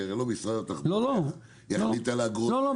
כי הרי לא משרד התחבורה יחליט על אגרות כאלה.